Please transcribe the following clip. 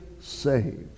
saved